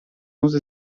use